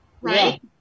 right